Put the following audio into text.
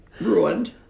ruined